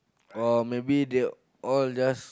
or maybe they all just